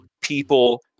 people